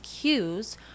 cues